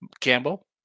Campbell